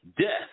death